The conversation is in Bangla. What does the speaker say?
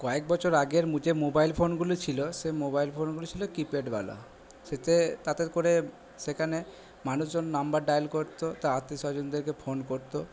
কয়েক বছর আগের যে মোবাইল ফোনগুলি ছিলো সে মোবাইল ফোনগুলি ছিলো কিপ্যাডওয়ালা সেতে তাতে করে সেখানে মানুষজন নাম্বার ডায়াল করতো তার আত্মীয় স্বজনদেরকে ফোন করতো